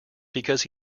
because